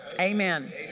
Amen